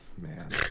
Man